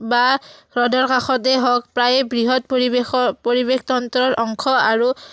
বা হ্ৰদৰ কাষতেই হওক প্ৰায়ে বৃহৎ পৰিৱেশৰ পৰিৱেশতন্ত্ৰৰ অংশ আৰু